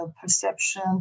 perception